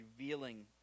revealing